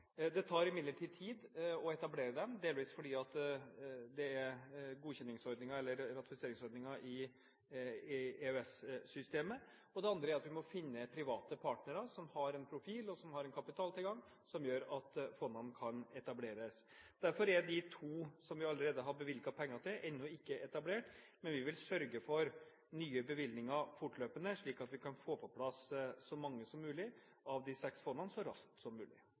Det tar imidlertid tid å etablere dem, delvis fordi det er ratifiseringsordninger i EØS-systemet, og fordi vi må finne private partnere som har en profil og en kapitaltilgang som gjør at fondene kan etableres. Derfor er de to, som det allerede er bevilget penger til, ennå ikke etablert, men vi vil sørge for nye bevilgninger fortløpende, slik at vi kan få på plass så mange som mulig av de seks fondene, så raskt som mulig.